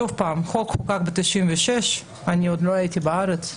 שוב, החוק חוקק ב-96', כשעדיין לא הייתי בארץ,